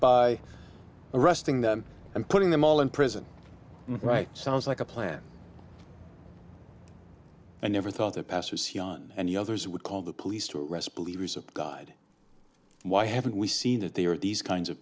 by arresting them and putting them all in prison right sounds like a plan i never thought of pastors hyun and the others would call the police to arrest believers of god why haven't we seen that they are these kinds of